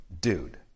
dude